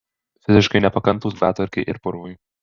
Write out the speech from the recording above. fiziškai nepakantūs betvarkei ir purvui